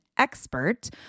expert